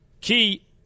Key